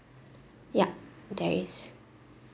yea there is